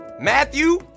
Matthew